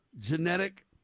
genetic